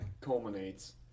culminates